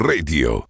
Radio